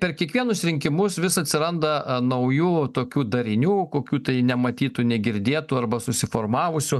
kiek per kiekvienus rinkimus vis atsiranda naujų tokių darinių kokių tai nematytų negirdėtų arba susiformavusių